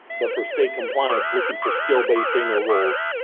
but for state compliance, looking for skill-based annual goals.